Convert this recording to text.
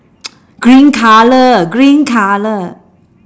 green colour green colour